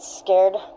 scared